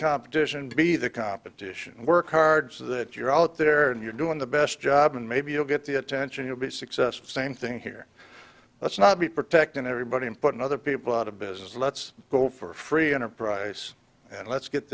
competition to be the competition and work hard so that you're out there and you're doing the best job and maybe you'll get the attention you'll be successful same thing here let's not be protecting everybody and putting other people out of business let's go for free enterprise and let's get